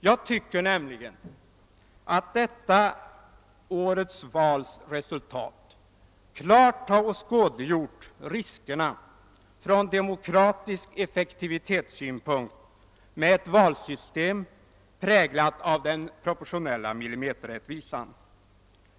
Jag tycker nämligen att detta vals resultat klart har åskådliggjort riskerna från demokratisk effektivitetssynpunkt med ett valsystem, präglat av den proportionella millimeterrättvisan.